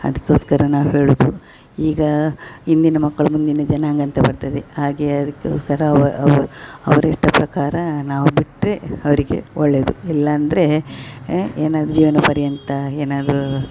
ಅದ್ಕೊಸ್ಕರ ನಾವು ಹೇಳುದು ಈಗ ಇಂದಿನ ಮಕ್ಕಳು ಮುಂದಿನ ಜನಾಂಗ ಅಂತ ಬರ್ತದೆ ಹಾಗೆ ಅದ್ಕೊಸ್ಕರ ಅವ ಅವ್ ಅವ್ರು ಇಷ್ಟ ಪ್ರಕಾರ ನಾವು ಬಿಟ್ಟರೆ ಅವರಿಗೆ ಒಳ್ಳೆಯದು ಇಲ್ಲಾಂದರೆ ಏನಾದ್ರು ಜೀವನ ಪರ್ಯಂತ ಏನಾದರು